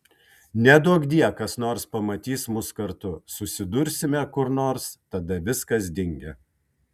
neduokdie kas nors pamatys mus kartu susidursime kur nors tada viskas dingę